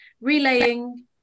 relaying